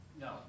No